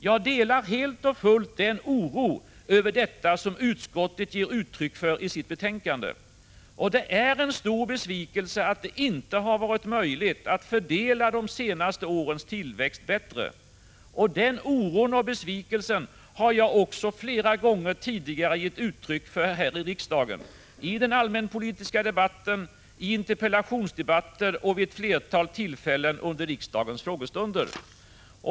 Jag delar helt och fullt den oro över denna utveckling som utskottet gett uttryck för i sitt betänkande. Det är en stor besvikelse att det inte varit möjligt att fördela de senaste årens tillväxt bättre. Den oron och besvikelsen har jag flera gånger gett uttryck för här i riksdagen, i den allmänpolitiska debatten, i interpellationsdebatter och vid flera tillfällen under riksdagens frågestunder.